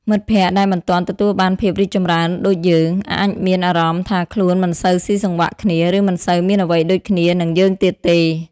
មិត្តភក្តិដែលមិនទាន់ទទួលបានភាពរីកចម្រើនដូចយើង អាចមានអារម្មណ៍ថាខ្លួនមិនសូវស៊ីចង្វាក់គ្នា ឬមិនសូវមានអ្វីដូចគ្នានឹងយើងទៀតទេ។